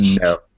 no